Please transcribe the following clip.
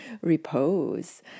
repose